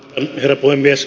arvoisa herra puhemies